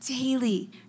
daily